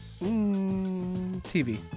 TV